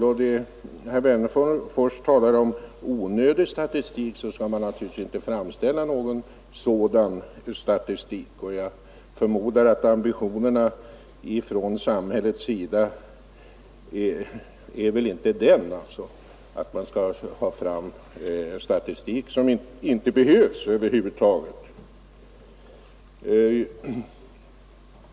Herr Wennerfors talar om onödig statistik. Någon sådan skall man inte framställa. Jag förmodar att samhällets ambitioner inte ligger i att få fram statistik som inte behövs.